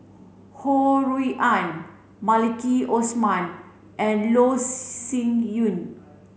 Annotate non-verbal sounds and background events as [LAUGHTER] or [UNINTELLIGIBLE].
Ho Rui An Maliki Osman and Loh [UNINTELLIGIBLE] Sin Yun